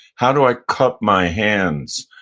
how do i cup my hands?